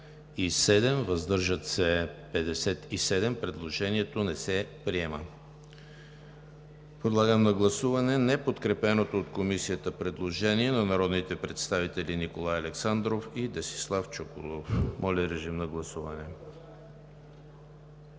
въздържали се 57. Предложението не се приема. Подлагам на гласуване неподкрепеното от Комисията предложение на народните представители Николай Александров и Десислав Чуколов. Гласували